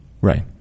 Right